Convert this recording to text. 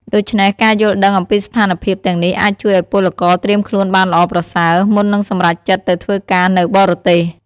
ដូច្មេះការយល់ដឹងអំពីស្ថានភាពទាំងនេះអាចជួយឱ្យពលករត្រៀមខ្លួនបានល្អប្រសើរ មុននឹងសម្រេចចិត្តទៅធ្វើការនៅបរទេស ។